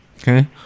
okay